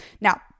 Now